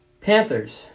Panthers